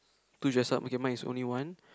two dress up okay mine is only one